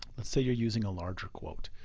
let's say you're using a larger quote.